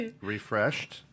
refreshed